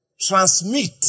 transmit